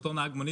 אותו נהג מונית,